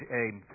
aim